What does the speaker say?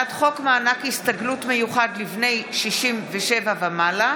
הצעת חוק מענק הסתגלות מיוחד לבני 67 ומעלה,